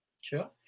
Sure